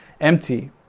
empty